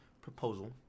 proposal